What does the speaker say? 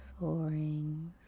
Soaring